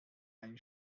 ein